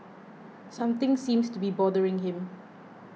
something seems to be bothering him